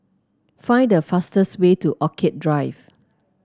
find the fastest way to Orchid Drive